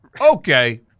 Okay